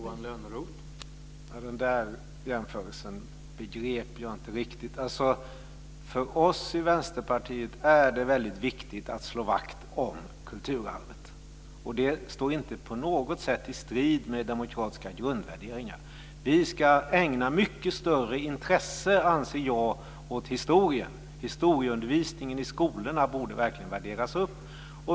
Herr talman! Den jämförelsen begrep jag inte riktigt. För oss i Vänsterpartiet är det väldigt viktigt att slå vakt om kulturarvet. Det står inte på något sätt i strid med demokratiska grundvärderingar. Vi ska ägna mycket större intresse, anser jag, åt historien. Historieundervisningen i skolorna borde uppvärderas.